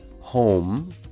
home